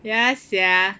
ya sia